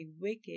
wicked